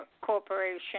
Corporation